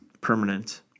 permanent